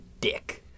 dick